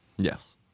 Yes